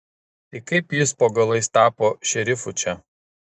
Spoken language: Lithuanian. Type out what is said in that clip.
tai kaip jis po galais tapo šerifu čia